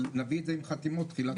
אבל נביא את זה עם חתימות בתחילת שבוע הבא.